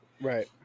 Right